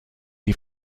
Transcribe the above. die